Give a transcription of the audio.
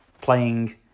playing